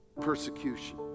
persecution